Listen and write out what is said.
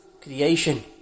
creation